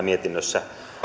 mietinnössä